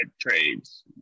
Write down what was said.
trades